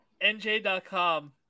NJ.com